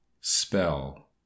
spell